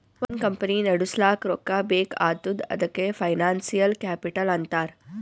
ಒಂದ್ ಕಂಪನಿ ನಡುಸ್ಲಾಕ್ ರೊಕ್ಕಾ ಬೇಕ್ ಆತ್ತುದ್ ಅದಕೆ ಫೈನಾನ್ಸಿಯಲ್ ಕ್ಯಾಪಿಟಲ್ ಅಂತಾರ್